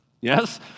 yes